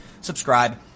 subscribe